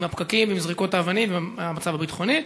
עם הפקקים ועם זריקות האבנים והמצב הביטחוני.